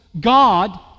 God